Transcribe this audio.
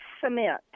cement